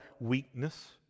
weakness